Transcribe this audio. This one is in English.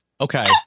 Okay